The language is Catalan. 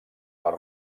les